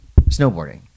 Snowboarding